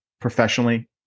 professionally